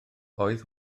oedd